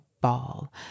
ball